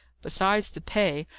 besides the pay!